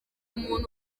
umuntu